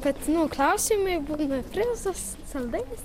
kad nu klausimai būna prizas saldainis